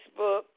Facebook